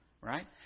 right